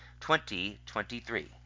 2023